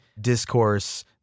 discourse